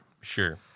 Sure